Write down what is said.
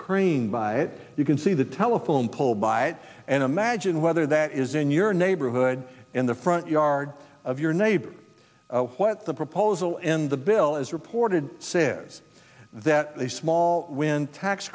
crane by it you can see the telephone pole by and imagine whether that is in your neighborhood in the front yard of your neighbor what the proposal in the bill as reported say is that a small wind tax